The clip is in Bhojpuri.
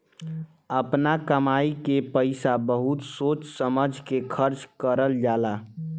आपना कमाई के पईसा बहुत सोच समझ के खर्चा करल जाला